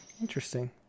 Interesting